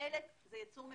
מלט זה ייצור שהוא